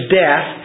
death